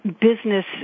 business